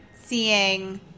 seeing